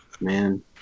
Man